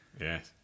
Yes